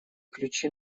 ключи